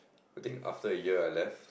I think after a year I left